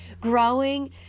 growing